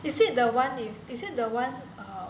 is it the one in is it the one err